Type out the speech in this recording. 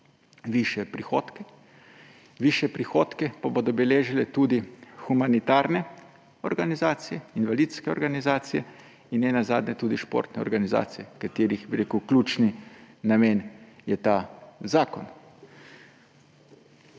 višje prihodke. Višje prihodke pa bodo beležile tudi humanitarne organizacije, invalidske organizacije in nenazadnje tudi športne organizacije, katerih ključni namen je ta zakon.